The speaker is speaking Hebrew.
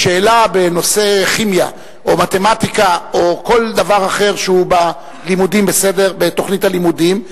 בשאלה בנושא כימיה או מתמטיקה או כל דבר אחר שהוא בתוכנית הלימודים,